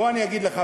בוא אני אגיד לך,